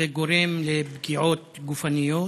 זה גורם לפגיעות גופניות,